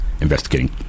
investigating